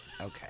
Okay